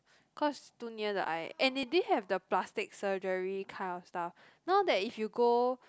cause too near the eye and they didn't have the plastic surgery kind of stuff now that if you go